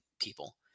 people